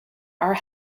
our